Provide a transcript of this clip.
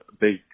big